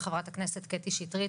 וחברת הכנסת קטי שטרית